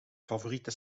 favoriete